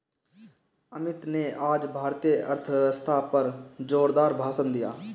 अमित ने आज भारतीय अर्थव्यवस्था पर जोरदार भाषण दिया